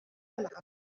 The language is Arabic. العمل